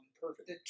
perfect